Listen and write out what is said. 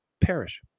perish